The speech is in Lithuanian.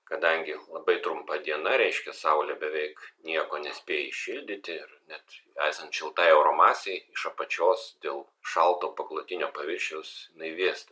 kadangi labai trumpa diena reiškia saulė beveik nieko nespėja įšildyti ir net esant šiltai oro masei iš apačios dėl šalto paklotinio paviršiaus jinai vėsta